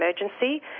emergency